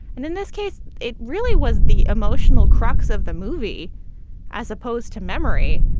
and in this case, it really was the emotional crux of the movie as opposed to memory,